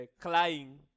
crying